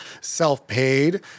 self-paid